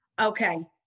Okay